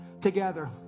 together